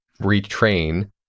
retrain